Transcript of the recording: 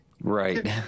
Right